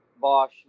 Bosch